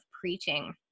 preaching